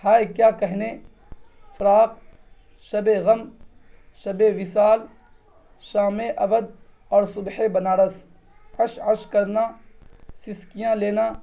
ہائے کیا کہنے فراق شبِ غم شبِ وصال شام اودھ اور صبح بنارس عش عش کرنا سسکیاں لینا